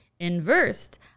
inversed